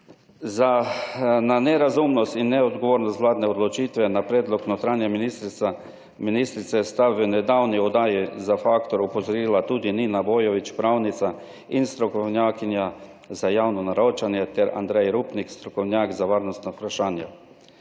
Na nerazumnost in neodgovornost vladne odločitve na predlog notranje ministrice, sta v nedavni oddaji Za faktor opozorila tudi Nina Bojović, pravnica in strokovnjakinja za javno naročanje, ter Andrej Rupnik, strokovnjak za varnostna vprašanja.